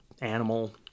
animal